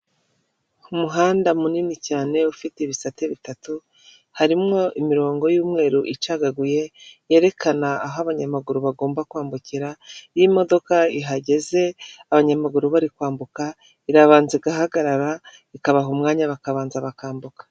Umuhanda munini cyane ufite ibisate bitatu; harimwo imirongo y'umweru icagaguye yerekana aho abanyamaguru bagomba kwambukira; iyo imodoka ihageze abanyamaguru bari kwambuka irabanza igahagarara ikabaha umwanya bakabanza bakambuka.